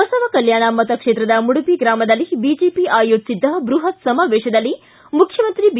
ಬಸವಕಲ್ಕಾಣ ಮತಕ್ಷೇತ್ರದ ಮುಡಬಿ ಗ್ರಾಮದಲ್ಲಿ ಬಿಜೆಪಿ ಆಯೋಜಿಸಿದ್ದ ಬೃಹತ್ ಸಮಾವೇಶದಲ್ಲಿ ಮುಖ್ಯಮಂತ್ರಿ ಬಿ